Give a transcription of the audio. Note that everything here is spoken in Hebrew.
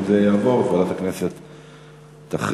אם זה יעבור, ועדת הכנסת תכריע.